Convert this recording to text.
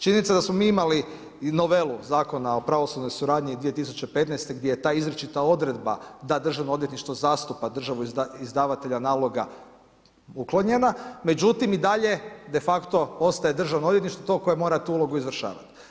Činjenica je da smo mi imali novelu zakona o pravosudnoj suradnji 2015., gdje je ta izričita odredba da državno odvjetništvo zastupa država izdavatelja naloga uklonjena, međutim i dalje de facto ostaje državno odvjetništvo to koje mora tu ulogu izvršavati.